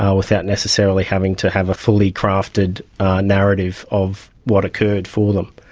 um without necessarily having to have a fully crafted narrative of what occurred for them.